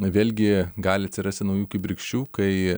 vėlgi gali atsirasti naujų kibirkščių kai